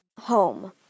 home